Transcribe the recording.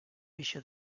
pixa